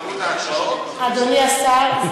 אדוני השר,